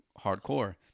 hardcore